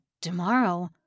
tomorrow